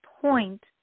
point